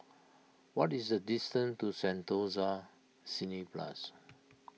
what is the distance to Sentosa Cineblast